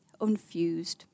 unfused